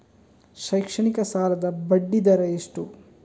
ಶೈಕ್ಷಣಿಕ ಸಾಲದ ಬಡ್ಡಿ ದರ ಎಷ್ಟು?